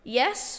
yes